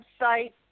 website